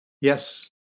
Yes